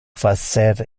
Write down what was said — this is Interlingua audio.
facer